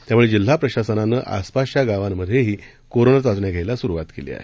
त्यामुळे जिल्हा प्रशासनानं आसपासच्या गावांमधेही कोरोना चाचण्या घ्यायला सुरुवात केली आहे